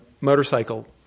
motorcycle